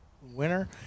winner